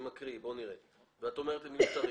את אומרת שהם מיותרים.